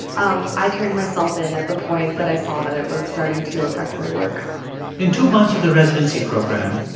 um i turned myself in at the point that i saw that it was starting to affect my work in two months of the residency program,